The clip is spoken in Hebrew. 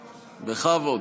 בכבוד.